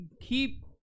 keep